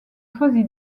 choisi